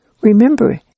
Remember